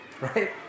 Right